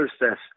process